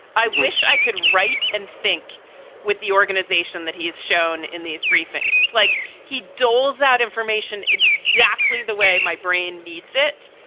i wish i could write and think with the organization that he has shown in these briefings. it's like he doles out information exactly the way my brain needs it.